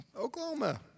Oklahoma